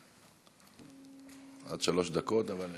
עד שלוש דקות.